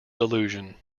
delusion